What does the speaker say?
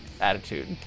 attitude